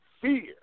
fear